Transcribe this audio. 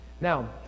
Now